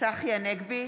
צחי הנגבי,